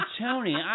Tony